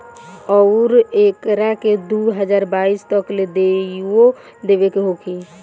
अउरु एकरा के दू हज़ार बाईस तक ले देइयो देवे के होखी